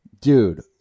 dude